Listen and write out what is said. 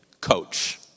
coach